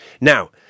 Now